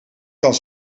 kan